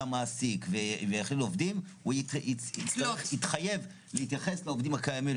המעסיק - הוא התחייב להתייחס לעובדים הקיימים,